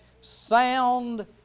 sound